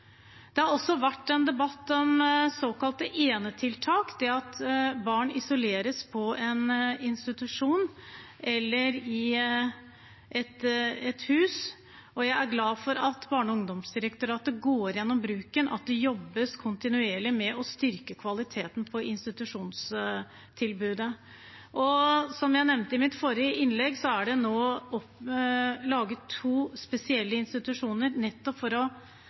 Det har også vært en debatt om såkalte enetiltak, det at barn isoleres på en institusjon eller i et hus. Jeg er glad for at Barne-, ungdoms- og familiedirektoratet nå går gjennom bruken, og at det jobbes kontinuerlig med å styrke kvaliteten på institusjonstilbudet. Som jeg nevnte i mitt forrige innlegg, er det nå laget to spesielle institusjoner nettopp for